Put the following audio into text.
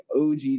OG